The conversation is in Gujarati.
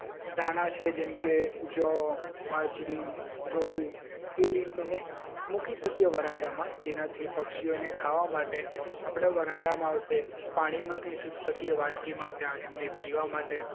દાણા છે જેમકે જવ બાજરી ઘઉં એ રીતનું મેં મૂકી શકીએ વરાંડામાં જેનાથી પક્ષીઓને ખાવા માટે આપણે વરંડામાં આવશે પાણી મૂકી શકીએ વાટકીમાં ત્યાં એમને પીવા માટે